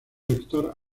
lector